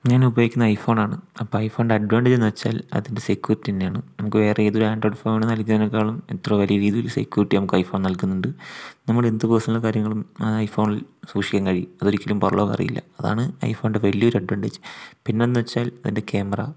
ഞാൻ ഉപയോഗിക്കുന്നത് ഐഫോണാണ് അപ്പോൾ ഐഫോണിൻ്റെ അഡ്വാൻറ്റേജ് എന്ന് വെച്ചാൽ അതിൻ്റെ സെക്യൂരിറ്റി തന്നെ ആണ് നമുക്ക് വേറെ ഏത് ബ്രാൻഡഡ് ഫോൺ നല്കുന്നതിനേക്കാളും എത്ര വലിയ രീതിയിൽ സെക്യൂരിറ്റി നമുക്ക് ഐ ഫോൺ നൽകുന്നുണ്ട് നമ്മുടെ എന്ത് പേർസണൽ കാര്യങ്ങളും ഐഫോണിൽ സൂക്ഷിക്കാൻ കഴിയും അത് ഒരിക്കലും പുറംലോകം അറിയില്ല അതാണ് ഐഫോണിൻ്റെ വലിയൊരു അഡ്വാൻറ്റേജ് പിന്നെ എന്താണെന്നുവെച്ചാൽ അതിൻ്റെ ക്യാമറ